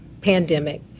pandemic